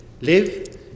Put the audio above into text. live